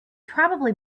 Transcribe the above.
probably